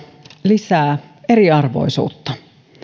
lisää eriarvoisuutta